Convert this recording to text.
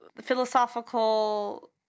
philosophical